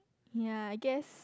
yea I guess